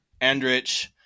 Andrich